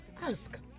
Ask